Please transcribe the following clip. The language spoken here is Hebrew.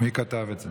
מי כתב את זה?